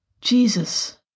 Jesus